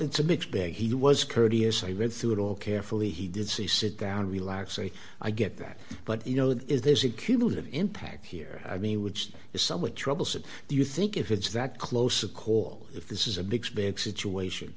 it's a mixed bag he was courteous i read through it all carefully he did say sit down relax and i get that but you know that is there's a cumulative impact here i mean which is somewhat troublesome do you think if it's that close to call if this is a big big situation